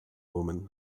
woman